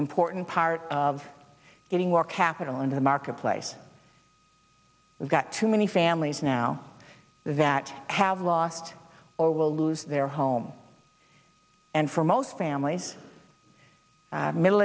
important part of getting more capital into the marketplace we've got too many families now that have lost or will lose their home and for most families middle